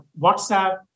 WhatsApp